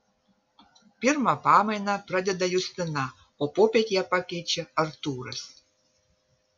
pirmą pamainą pradeda justina o popiet ją pakeičia artūras